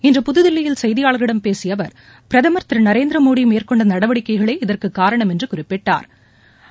இன்று புததில்லியில் செய்தியாள்களிடம் பேசியஅவர் பிரதமர் திருநரேந்திரமோடிமேற்கொண்டநடவடிக்கைகளே இதற்குக் காரணம் என்றுகுறிப்பிட்டாா்